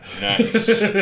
nice